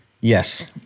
yes